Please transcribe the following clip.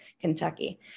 Kentucky